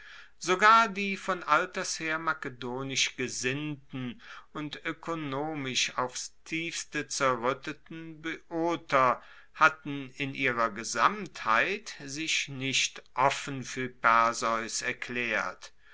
sogar die von alters her makedonisch gesinnten und oekonomisch aufs tiefste zerruetteten boeoter hatten in ihrer gesamtheit sich nicht offen fuer perseus erklaert